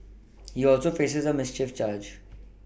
he also faces a mischief charge